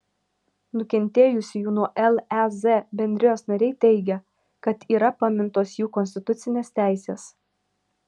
nukentėjusiųjų nuo lez bendrijos nariai teigia kad yra pamintos jų konstitucinės teisės